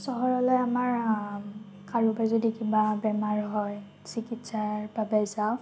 চহৰলৈ আমাৰ কাৰোবাৰ যদি কিবা বেমাৰ হয় চিকিৎসাৰ বাবে যাওঁ